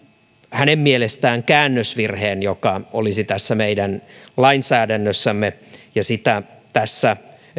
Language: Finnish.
hänen mielestään käännösvirheen joka olisi tässä meidän lainsäädännössämme ja sitä tässä